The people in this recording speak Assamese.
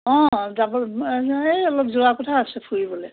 অঁ ডাবোল এই অলপ যোৱা কথা আছে ফুৰিবলৈ